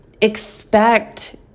expect